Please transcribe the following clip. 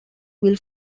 will